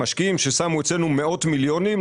המשקיעים ששמו אצלנו מאות מיליונים,